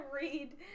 read